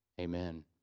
Amen